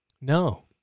No